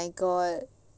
oh my god